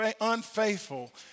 unfaithful